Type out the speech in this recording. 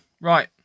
Right